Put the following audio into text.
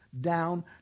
down